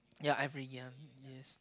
ya every year yes